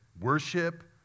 worship